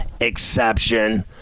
exception